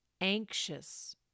anxious